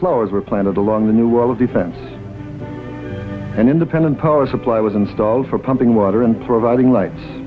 flowers were planted along the new well of the fence and independent power supply was installed for pumping water and providing lights